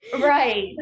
right